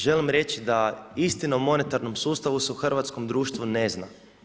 Želim reći da istina o monetarnom sustavu se u hrvatskom društvu ne zna.